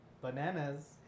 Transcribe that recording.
bananas